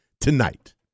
tonight